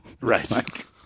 Right